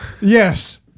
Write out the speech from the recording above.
Yes